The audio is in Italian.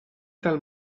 tal